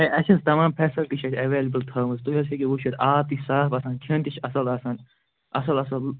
ہے اَسہِ حظ تمام فیٚسَلٹی چھِ اَسہِ ایٚوَلیبُل تھٲومٕژ تُہۍ حظ ہیٚکِو وُچھِتھ آب تہِ چھِ صاف آسان کھیٚن تہِ چھِ اَصٕل آسان اَصٕل اَصٕل